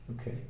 Okay